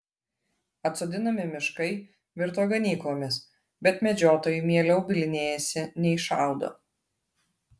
atsodinami miškai virto ganyklomis bet medžiotojai mieliau bylinėjasi nei šaudo